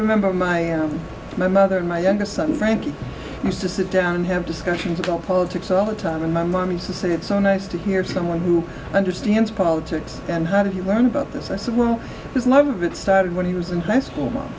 remember my mother my youngest son frank used to sit down and have discussions about politics all the time and my mom used to say it's so nice to hear someone who understands politics and how did you learn about this i said well his love of it started when he was in high school